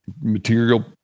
material